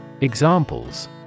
Examples